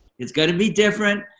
it's going to be different.